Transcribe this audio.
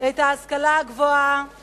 את ההשכלה הגבוהה